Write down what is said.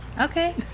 Okay